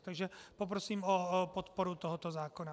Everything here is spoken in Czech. Takže poprosím o podporu tohoto zákona.